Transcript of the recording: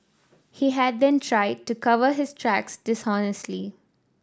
he had then tried to cover his tracks dishonestly